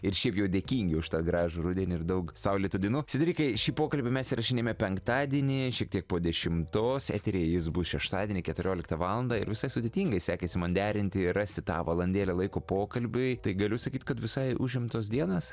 ir šiaip jau dėkingi už tą gražų rudenį ir daug saulėtų dienų sedrikai šį pokalbį mes įrašysime penktadienį šiek tiek po dešimtos eteryje jis bus šeštadienį keturioliktą valandą ir visai sudėtingai sekėsi man derinti rasti tą valandėlę laiko pokalbiui tai galiu sakyt kad visai užimtos dienos